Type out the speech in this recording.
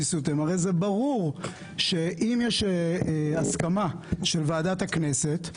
הרי זה ברור שאם יש הסכמה של ועדת הכנסת,